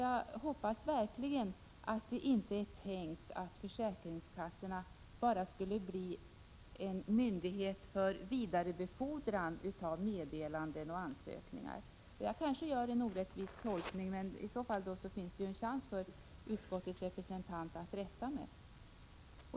Jag hoppas verkligen att det inte är tänkt att försäkringskassorna endast skulle bli en myndighet för vidare befordran av meddelanden och ansökningar. Jag kanske gör en orättvis tolkning, men i så fall finns det chans för utskottets representant att rätta mig.